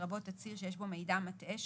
לרבות תצהיר שיש בו מידע מטעה,